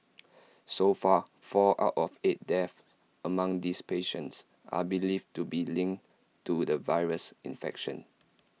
so far four out of eight deaths among these patients are believed to be linked to the virus infection